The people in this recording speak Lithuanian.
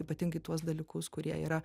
ypatingai tuos dalykus kurie yra